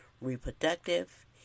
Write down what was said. reproductive